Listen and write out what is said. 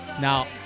Now